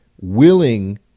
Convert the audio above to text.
willing